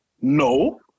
No